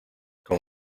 con